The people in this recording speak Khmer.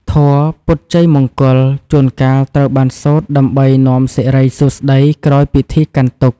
ធម៌ "ពុទ្ធជ័យមង្គល" ជួនកាលត្រូវបានសូត្រដើម្បីនាំសិរីសួស្ដីក្រោយពិធីកាន់ទុក្ខ។